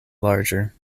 larger